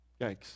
yikes